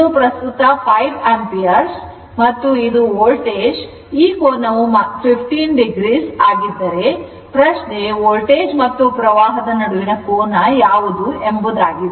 ಇದು ಪ್ರಸ್ತುತ I 5 ampere ಮತ್ತು ಇದು ವೋಲ್ಟೇಜ್ ಮತ್ತು ಈ ಕೋನವು 15o ಆಗಿದ್ದರೆ ಪ್ರಶ್ನೆ ವೋಲ್ಟೇಜ್ ಮತ್ತು ಪ್ರವಾಹದ ನಡುವಿನ ಕೋನ ಯಾವುದು ಎಂಬುದಾಗಿದೆ